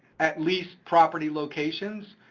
at least property locations,